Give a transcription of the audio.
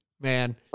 man